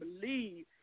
believe